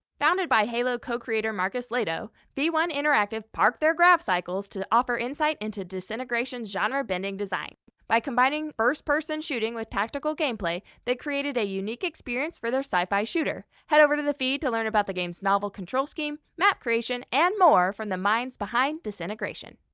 founded by halo co-creator marcus lehto, v one interactive parked their gravcycles to offer insight into disintegration's genre-bending design. by combining first-person shooting with tactical gameplay, they created a unique experience for their sci-fi shooter. head over to the feed to learn about the game's novel control scheme, map creation, and more from the minds behind disintegration.